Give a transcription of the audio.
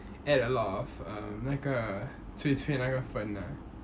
add a lot of err 那个脆脆那个粉 ah